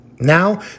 Now